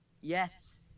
Yes